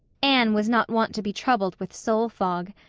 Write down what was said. anne was not wont to be troubled with soul fog.